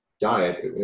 diet